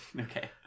Okay